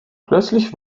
plötzlich